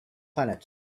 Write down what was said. planet